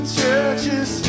churches